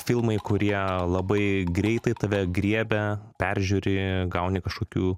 filmai kurie labai greitai tave griebia peržiūri gauni kažkokių